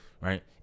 right